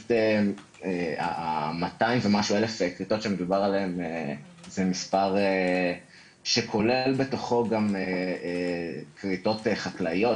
ופשוט ה-200 אלף כריתות ומשהו זה מספר שכולל בתוכו גם כריתות חקלאיות